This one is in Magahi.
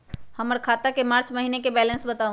हमर खाता के मार्च महीने के बैलेंस के बताऊ?